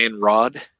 Rod